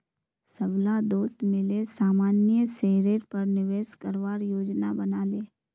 सबला दोस्त मिले सामान्य शेयरेर पर निवेश करवार योजना बना ले